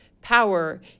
power